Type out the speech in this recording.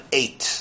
eight